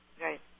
Right